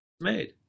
made